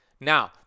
Now